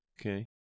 Okay